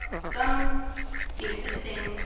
some existing